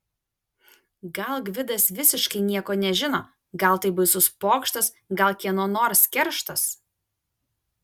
gal gvidas visiškai nieko nežino gal tai baisus pokštas gal kieno nors kerštas